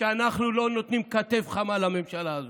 שאנחנו לא נותנים כתף חמה לממשלה הזו.